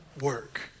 work